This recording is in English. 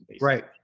Right